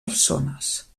persones